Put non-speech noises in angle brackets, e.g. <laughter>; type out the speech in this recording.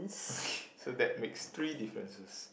<laughs> so that makes three differences